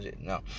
No